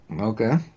Okay